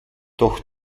doch